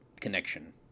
connection